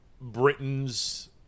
Britain's